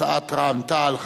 התשע"ב 2012,